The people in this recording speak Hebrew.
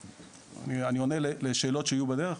ואני עונה לשאלות שיהיו בדרך,